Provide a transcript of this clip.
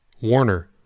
Warner